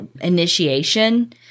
initiation